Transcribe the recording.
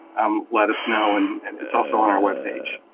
um let us know. and and it's also on our web page.